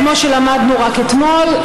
כמו שלמדנו רק אתמול,